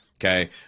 Okay